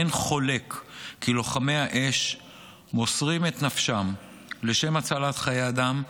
אין חולק כי לוחמי האש מוסרים את נפשם לשם הצלת חיי אדם,